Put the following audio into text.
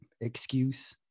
excuse